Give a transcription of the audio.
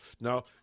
Now